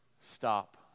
stop